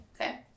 Okay